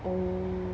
oh